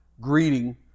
greeting